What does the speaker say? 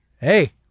Hey